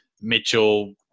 Mitchell